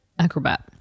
acrobat